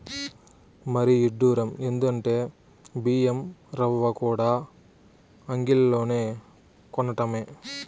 మరీ ఇడ్డురం ఎందంటే బియ్యం రవ్వకూడా అంగిల్లోనే కొనటమే